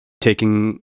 taking